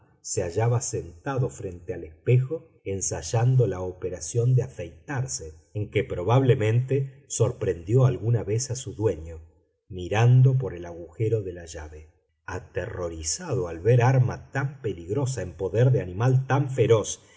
se hallaba sentado frente al espejo ensayando la operación de afeitarse en que probablemente sorprendió alguna vez a su dueño mirando por el agujero de la llave aterrorizado al ver arma tan peligrosa en poder de animal tan feroz